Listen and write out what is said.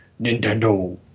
nintendo